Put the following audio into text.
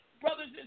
brothers